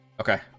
Okay